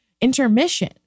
intermission